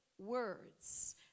words